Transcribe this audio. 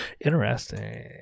Interesting